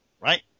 right